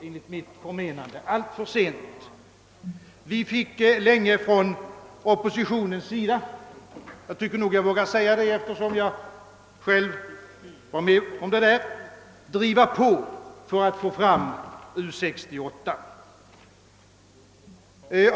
Enligt min mening startades den nämligen alltför sent; vi fick länge från oppositionens sida — jag tycker jag vågar säga det, eftersom jag själv var med om saken — driva på för att få fram U 68.